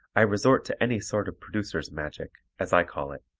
i resort to any sort of producer's magic, as i call it,